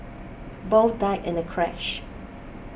both died in the crash